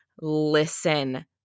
Listen